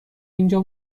اینجا